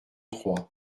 trois